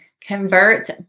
converts